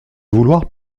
vouloir